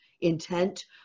intent